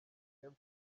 james